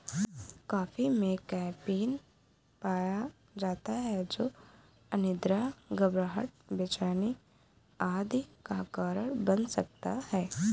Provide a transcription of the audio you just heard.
coffee में caffeine पाया जाता है जो अनिद्रा, घबराहट, बेचैनी आदि का कारण बन सकता है